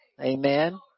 amen